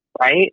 Right